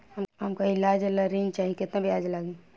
हमका ईलाज ला ऋण चाही केतना ब्याज लागी?